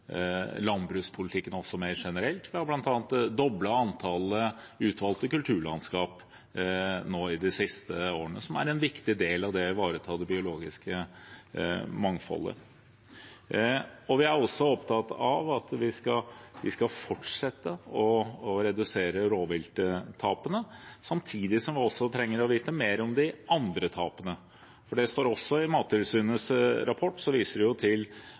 landbrukspolitikken, også mer generelt. Vi har bl.a. doblet antallet utvalgte kulturlandskap de siste årene, noe som er en viktig del av det å ivareta det biologiske mangfoldet. Vi er også opptatt av at vi skal fortsette å redusere rovvilttapene, samtidig som vi trenger å vite mer om de andre tapene. For det står også i Mattilsynets rapport: De viser til